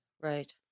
right